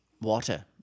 water